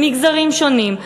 למגזרים שונים,